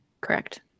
correct